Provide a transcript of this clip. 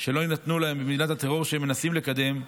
שלא יינתנו להם במדינת הטרור שהם מנסים לקדם,